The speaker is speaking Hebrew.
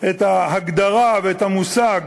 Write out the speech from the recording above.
את ההגדרה ואת המושג